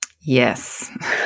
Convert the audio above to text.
Yes